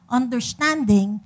understanding